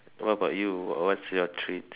what about you what what's your treats